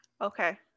Okay